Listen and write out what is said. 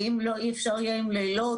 ואם אי אפשר יהיה עם לילות,